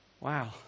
Wow